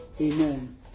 Amen